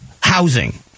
housing